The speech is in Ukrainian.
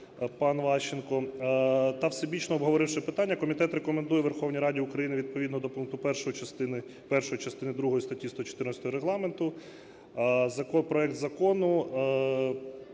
пан Ващенко, та, всебічно обговоривши питання, комітет рекомендує Верховній Раді України, відповідно до пункту 1 частини першої, частини другої статті 114 Регламенту, проект Закону